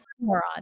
moron